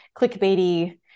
clickbaity